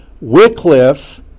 Wycliffe